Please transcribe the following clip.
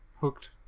hooked